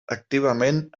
activament